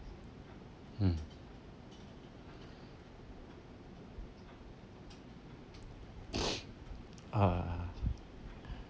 hmm uh